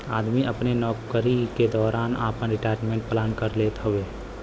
आदमी अपने नउकरी के दौरान आपन रिटायरमेंट प्लान कर लेत हउवे